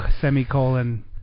Semicolon